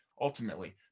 ultimately